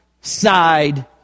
side